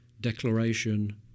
declaration